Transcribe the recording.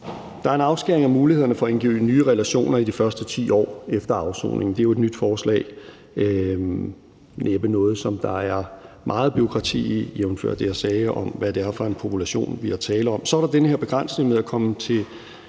Der er en afskæring af mulighederne for at indgå nye relationer i de første 10 år af afsoningen. Det er jo et nyt forslag, men næppe noget, der er meget bureaukrati i, jævnfør det, jeg sagde om, hvad det er for en population, der er tale om. Så er der den her begrænsning med at komme med